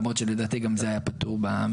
למרות שלדעתי גם זה היה פטור במכס.